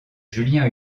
julien